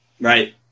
Right